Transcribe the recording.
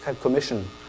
commission